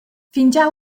fingià